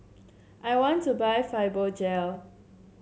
I want to buy Fibogel